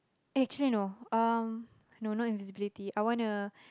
actually no um no not invisibility I wanna